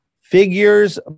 figures